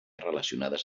relacionades